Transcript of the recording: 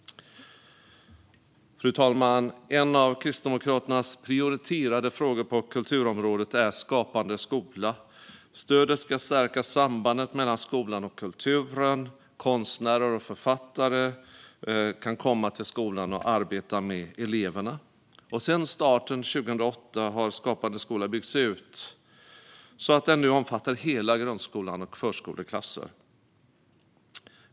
Fru talman! En av Kristdemokraternas prioriterade frågor på kulturområdet är Skapande skola. Stödet ska stärka sambandet mellan skolan och kulturen. Konstnärer och författare kan komma till skolan och arbeta med eleverna. Sedan starten 2008 har Skapande skola byggts ut så att den nu omfattar hela grundskolan och förskoleklasser.